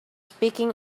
speaking